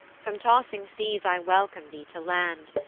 from tossing seas i welcome thee to land.